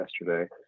yesterday